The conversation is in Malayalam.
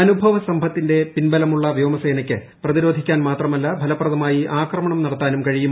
ആനുഭവസമ്പത്തിന്റെ പിൻബലമുള്ള വ്യോമസേനയ്ക്ക് പ്രതിരോധിക്കാൻ മാത്രമല്ല ഫലപ്രദമായി ആക്രമണം നടത്താനും കഴിയും